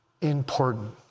important